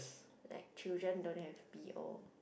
like children don't have B_O